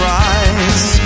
rise